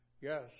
Yes